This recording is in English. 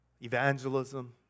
evangelism